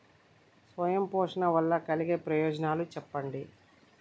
స్వయం పోషణ వల్ల కలిగే ప్రయోజనాలు చెప్పండి?